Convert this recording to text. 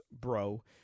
bro